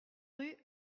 rue